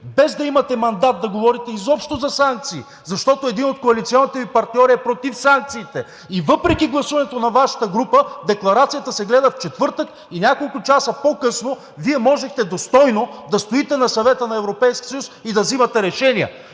без да имате мандат да говорите изобщо за санкции, защото един от коалиционните Ви партньори е против санкциите, и въпреки гласуването на Вашата група декларацията се гледа в четвъртък и няколко часа по-късно Вие можехте достойно да стоите на Съвета на Европейския съюз и да взимате решения,